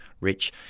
Rich